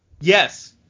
Yes